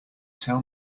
tell